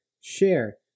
share